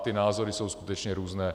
Ty názory jsou skutečně různé.